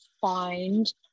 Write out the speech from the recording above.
find